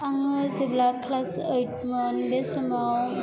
आङो जेब्ला क्लास ऐद मोन बे समाव